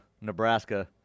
Nebraska